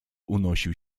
unosił